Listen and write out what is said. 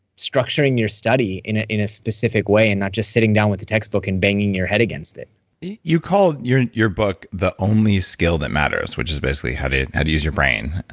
structuring your study in ah in a specific way and not just sitting down with a textbook and banging your head against it you call your your book the only skill that matters, which is basically how to how to use your brain.